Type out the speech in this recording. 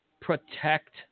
protect